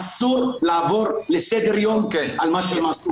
אסור לעבור לסדר היום על מה שהם עשו פה.